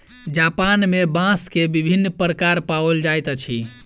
Japan में बांस के विभिन्न प्रकार पाओल जाइत अछि